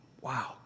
wow